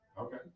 Okay